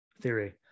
Theory